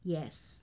yes